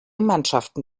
mannschaften